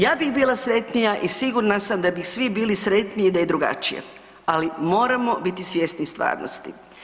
Ja bih bila sretnija i sigurna sam da bi svi bili sretniji da je drugačije, ali moramo biti svjesni stvarnosti.